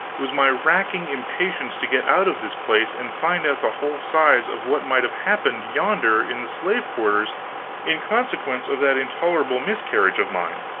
was my racking impatience to get out of this place and find out the whole size of what might have happened yonder in the slave-quarters in consequence of that intolerable miscarriage of mine.